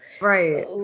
right